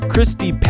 Christy